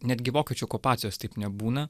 netgi vokiečių okupacijos taip nebūna